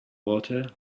water